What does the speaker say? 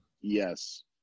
Yes